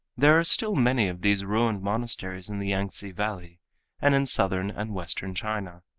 there are still many of these ruined monasteries in the yangtze valley and in southern and western china.